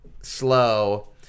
Slow